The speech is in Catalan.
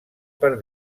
per